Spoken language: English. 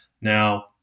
Now